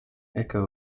echo